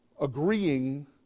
agreeing